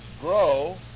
grow